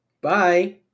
Bye